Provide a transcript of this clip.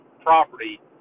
property